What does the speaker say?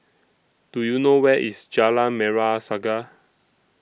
Do YOU know Where IS Jalan Merah Saga